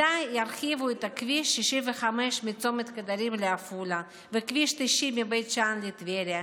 מתי ירחיבו את כביש 65 מצומת קדרים לעפולה ואת כביש 90 מבית שאן לטבריה?